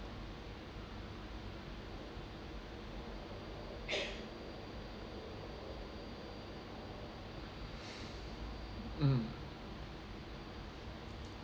mm